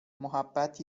محبت